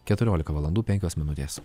keturiolika valandų penkios minutės